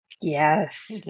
Yes